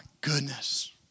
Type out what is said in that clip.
goodness